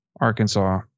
Arkansas